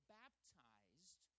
baptized